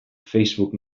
facebook